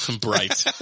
Bright